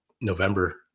November